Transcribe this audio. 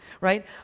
Right